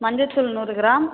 மஞ்சத்தூள் நூறு கிராம்